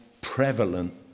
prevalent